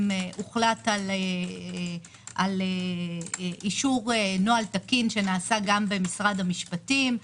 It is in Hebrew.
הוחלט על אישור נוהל תקין שנעשה גם במשרד המשפטים.